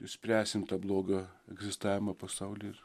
išspręsim tą blogio egzistavimą pasauly ir